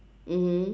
mmhmm